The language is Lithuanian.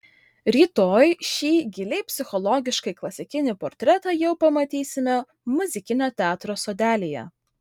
rytoj šį giliai psichologiškai klasikinį portretą jau pamatysime muzikinio teatro sodelyje